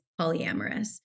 polyamorous